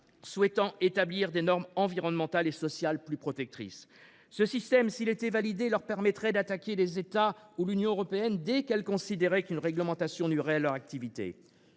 souhaiteraient instaurer des normes environnementales et sociales plus protectrices. Ce système, s’il était validé, leur permettrait d’attaquer les États ou l’Union européenne dès qu’elles considéraient qu’une réglementation nuirait à leur activité.